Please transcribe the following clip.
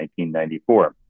1994